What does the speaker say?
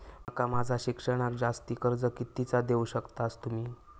माका माझा शिक्षणाक जास्ती कर्ज कितीचा देऊ शकतास तुम्ही?